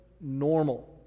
normal